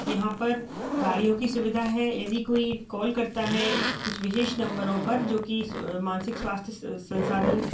यहाँ पर गाड़ियों की सुविधा है यदि कोई कॉल करता है कुछ विशेष नंबरों पर जो कि मानसिक स्वास्थ्य साधन